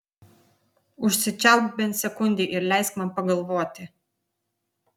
užsičiaupk bent sekundei ir leisk man pagalvoti